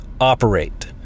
operate